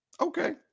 Okay